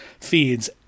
feeds